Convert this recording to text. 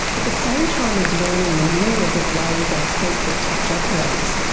at the same time as learning the myriad of ways our sense of touch operates,